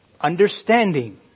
understanding